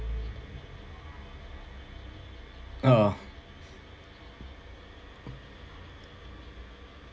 oh